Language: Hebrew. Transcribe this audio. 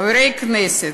חברי הכנסת,